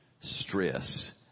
stress